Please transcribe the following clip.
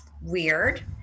weird